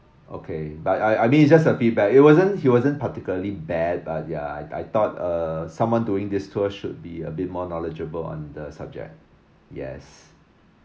okay but I I mean it's just a feedback he wasn't he wasn't particularly bad but ya I thought uh someone doing this tour should be a bit more knowledgeable on the subject yes